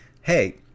hey